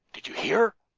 did you hear?